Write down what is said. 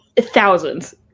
Thousands